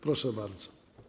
Proszę bardzo.